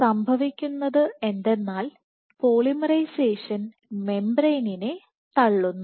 സംഭവിക്കുന്നത് എന്തെന്നാൽ പോളിമറൈസേഷൻ മെംബ്രേയ്നെ തള്ളുന്നു